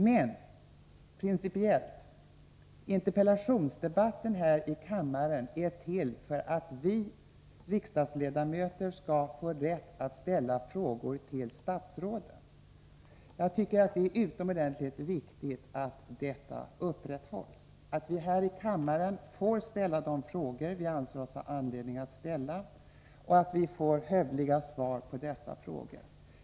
Men principiellt: Interpellationsdebatterna här i kammaren är till för att vi riksdagsledamöter skall få rätt att ställa frågor till statsråden. Jag tycker det är utomordentligt viktigt att denna ordning upprätthålls så att vi i kammaren får ställa de frågor vi anser oss ha anledning att ställa och att vi får hövliga svar på dessa frågor.